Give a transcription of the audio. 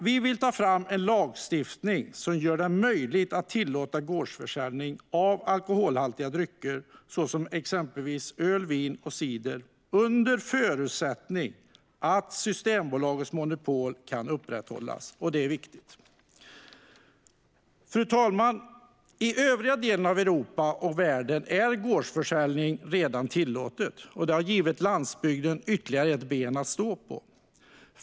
Vi vill ta fram en lagstiftning som gör det möjligt att tillåta gårdsförsäljning av alkoholhaltiga drycker såsom öl, vin och cider under förutsättning att Systembolagets monopol kan upprätthållas, vilket är viktigt. Fru talman! I övriga delar av Europa och världen är gårdsförsäljning redan tillåtet, och det har gett landsbygden ytterligare ett ben att stå på.